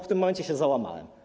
W tym momencie się załamałem.